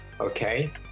okay